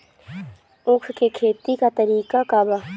उख के खेती का तरीका का बा?